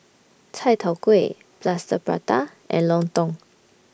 Chai Tow Kuay Plaster Prata and Lontong